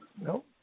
No